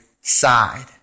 side